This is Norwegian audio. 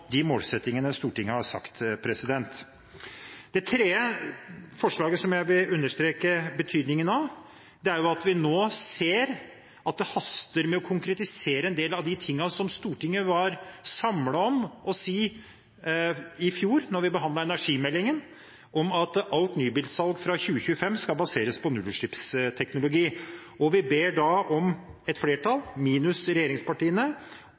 de målsettingene Stortinget har satt. Det tredje forslaget som jeg vil understreke betydningen av, er at vi nå ser at det haster med å konkretisere en del av de tingene som Stortinget var samlet om å si i fjor da vi behandlet energimeldingen, at alt nybilsalg fra 2025 skal baseres på nullutslippsteknologi. Et flertall, minus regjeringspartiene, ber om